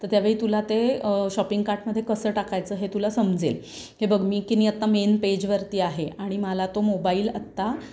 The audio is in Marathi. तर त्यावेळी तुला ते शॉपिंग कार्टमध्ये कसं टाकायचं हे तुला समजेल हे बघ मी की नाही आत्ता मेन पेजवरती आहे आणि मला तो मोबाईल आत्ता